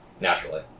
Naturally